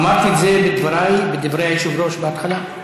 אמרתי את זה בדבריי, בדברי היושב-ראש בהתחלה.